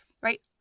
right